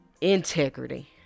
integrity